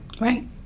right